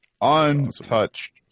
untouched